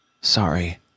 sorry